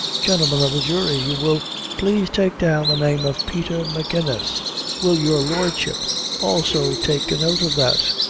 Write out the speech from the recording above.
gentlemen of the jury, you will please take down the name of peter magennis will your lordship also take a note of that?